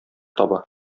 таба